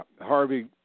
Harvey